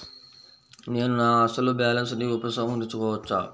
నేను నా అసలు బాలన్స్ ని ఉపసంహరించుకోవచ్చా?